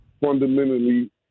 fundamentally